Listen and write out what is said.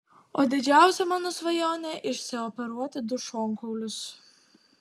o didžiausia mano svajonė išsioperuoti du šonkaulius